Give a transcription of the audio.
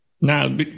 Now